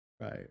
Right